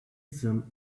some